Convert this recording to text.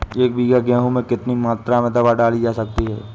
एक बीघा गेहूँ में कितनी मात्रा में दवा डाली जा सकती है?